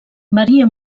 varia